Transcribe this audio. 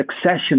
succession